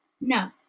No